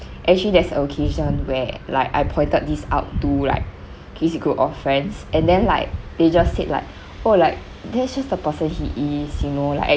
actually there's a occasion where like I pointed this out to like this group of friends and then like they just said like oh like that's just the person he is you know like